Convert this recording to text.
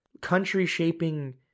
country-shaping